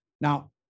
Now